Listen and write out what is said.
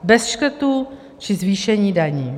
Bez škrtů či zvýšení daní.